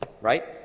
Right